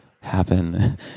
happen